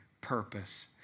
purpose